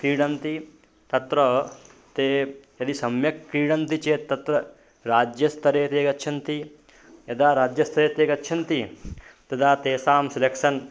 क्रीडन्ति तत्र ते यदि सम्यक् क्रीडन्ति चेत् तत्र राज्यस्तरे ते गच्छन्ति यदा राज्यस्तरे ते गच्छन्ति तदा तेषां सिलेक्सन्